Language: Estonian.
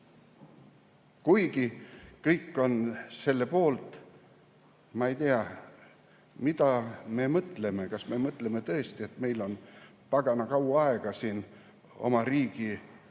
Kuigi kõik on selle poolt. Ma ei tea, mida me mõtleme. Kas me mõtleme tõesti, et meil on pagana kaua aega siin oma riigi